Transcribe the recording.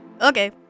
Okay